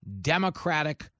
Democratic